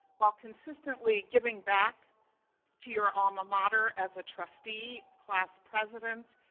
while consistently giving back to your alma mater as a trustee, class president,